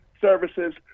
services